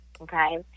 Okay